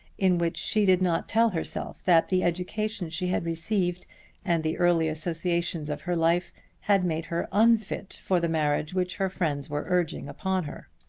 in which she did not tell herself that the education she had received and the early associations of her life had made her unfit for the marriage which her friends were urging upon her.